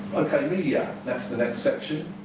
ok. media. that's the next section.